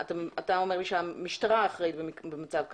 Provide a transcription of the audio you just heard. אתה אומר לי שהמשטרה אחראית במצב כזה.